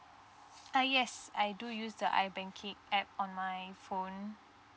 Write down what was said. uh yes I do use the I banking app on my phone